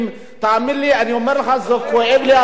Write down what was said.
תאמין לי, אני אומר לך, כואב לי הלב.